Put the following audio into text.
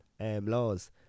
laws